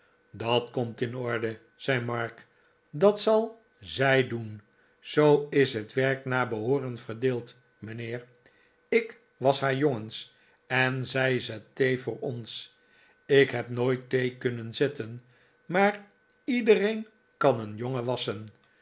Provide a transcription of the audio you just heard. dat komt in orde zei mark dat zal z ij doen zoo is het werk naar behooren verdeeld mijnheer ik wasch haar jongens en zij zet thee voor ons ik heb nooit thee kunnen zetten maar iedereen kan een jongen wasschen